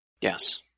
Yes